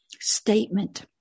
statement